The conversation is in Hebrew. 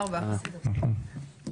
הצבעה בעד, 3 נגד, 7 נמנעים, אין לא אושר.